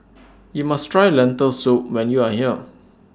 YOU must Try Lentil Soup when YOU Are here